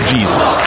Jesus